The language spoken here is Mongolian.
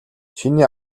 чиний